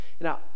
Now